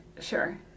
Sure